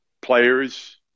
players